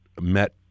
met